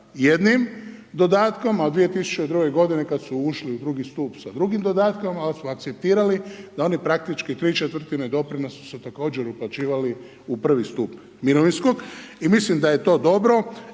jednim dodatkom, a od 2002. godine kad su ušli u drugi stup sa drugim dodatkom, onda smo akceptirali da oni praktički ¾ doprinosa su također uplaćivali u prvi stup mirovinskog, i mislim da je to dobro,